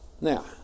Now